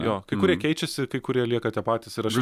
jo kai kurie keičiasi kai kurie lieka tie patys ir aš